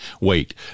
wait